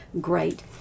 great